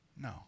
No